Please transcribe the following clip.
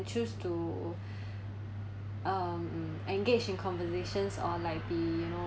I choose to um engage in conversations or like be you know